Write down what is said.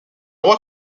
roi